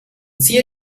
zier